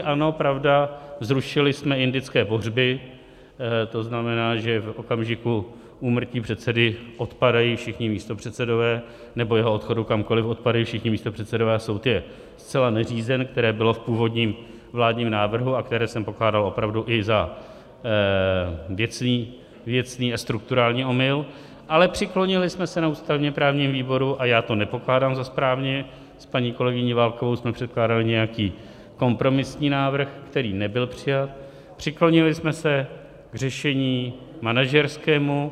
Ano, pravda, zrušili jsme indické pohřby, to znamená, že v okamžiku úmrtí předsedy odpadají všichni místopředsedové, nebo jeho odchodu kamkoliv odpadají všichni místopředsedové a soud je zcela neřízen, které bylo v původním vládním návrhu a které jsem pokládal opravdu i za věcný a strukturální omyl, ale přiklonili jsme se na ústavněprávním výboru, a já to nepokládám za správné, s paní kolegyní Válkovou jsme předkládali nějaký kompromisní návrh, který nebyl přijat, přiklonili jsme se k řešení manažerskému.